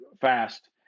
fast